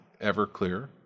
Everclear